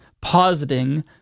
positing